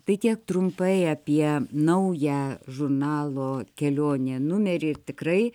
tai tiek trumpai apie naują žurnalo kelionė numerį tikrai